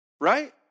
Right